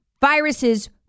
Viruses